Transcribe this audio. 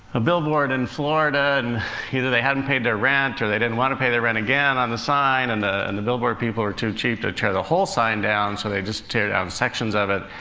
a billboard in florida, and either they hadn't paid their rent, or they didn't want to pay their rent again on the sign, and the and the billboard people were too cheap to tear the whole sign down, so they just teared out sections of it.